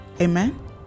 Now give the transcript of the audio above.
amen